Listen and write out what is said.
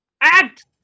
Act